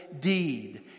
deed